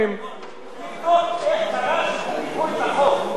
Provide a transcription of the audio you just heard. תבדוק איך חוקקו את החוק, כל הדברים שאתה אומר